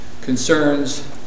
concerns